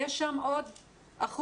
יש שם עוד אחוז